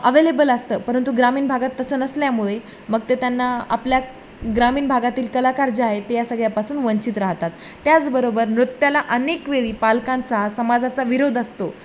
available असतं परंतु ग्रामीण भागात तसं नसल्यामुळे मग ते त्यांना आपल्या ग्रामीण भागातील कलाकार जे आहे ते या सगळ्यापासून वंचित राहतात त्याचबरोबर नृत्याला अनेकवेळी पालकांचा समाजाचा विरोध असतो